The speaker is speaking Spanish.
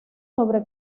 sobre